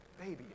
baby